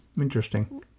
Interesting